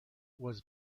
was